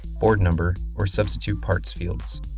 board number, or substitute parts fields.